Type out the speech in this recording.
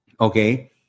okay